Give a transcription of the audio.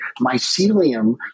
mycelium